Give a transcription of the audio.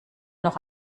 noch